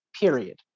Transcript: Period